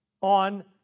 on